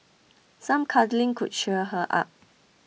some cuddling could cheer her up